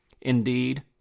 Indeed